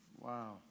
Wow